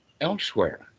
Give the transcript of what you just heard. elsewhere